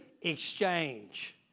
exchange